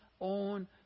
own